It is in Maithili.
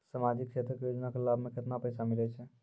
समाजिक क्षेत्र के योजना के लाभ मे केतना पैसा मिलै छै?